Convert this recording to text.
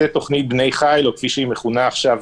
בתוכנית "בני חיל" או כפי שהיא מכונה עכשיו,